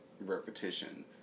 repetition